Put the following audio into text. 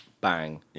bang